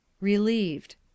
relieved